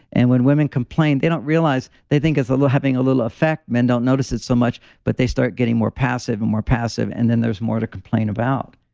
and when women complain, they don't realize they think it's a little having a little effect, men don't notice it so much, but they start getting more passive and more passive and then there's more to complain about.